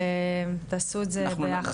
ותעשו את זה ביחד.